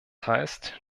heißt